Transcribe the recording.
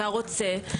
את אומרת